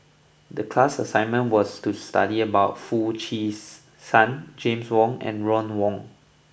the class assignment was to study about Foo Cheese San James Wong and Ron Wong